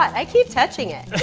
i keep touching it.